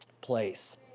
place